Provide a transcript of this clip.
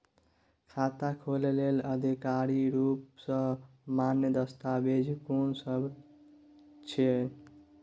खाता खोले लेल आधिकारिक रूप स मान्य दस्तावेज कोन सब छिए?